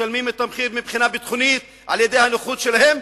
משלמים את המחיר מבחינה ביטחונית על-ידי הנוכחות שלהם,